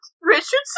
Richardson